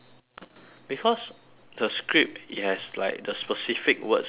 because the script it has like the specific words that they want